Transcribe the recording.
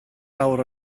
awr